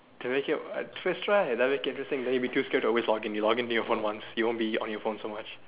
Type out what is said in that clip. to make you a twist right that would be interesting then you would be too scared to always log in you log in to your phone once you won't be on your phone so much